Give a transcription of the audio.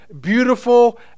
beautiful